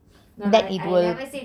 that it will